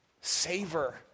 savor